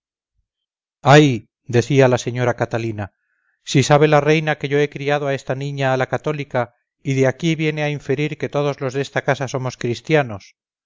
ay decía la señora catalina si sabe la reina que yo he criado a esta niña a la cathólica y de aquí viene a inferir que todos los desta casa somos christianos